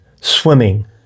Swimming